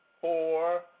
four